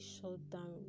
shutdown